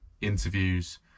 interviews